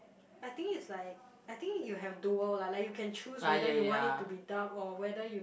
I think it's like I think you have dual lah like you can choose whether you want it to be dubbed or whether you